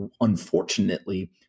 unfortunately